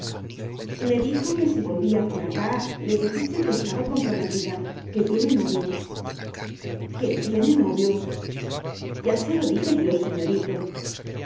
me dijo que si volvía por acá le dijese que estaba comprometida que tiene novio que tiene novio ya se lo dije yo